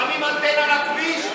שמים אנטנה בכביש,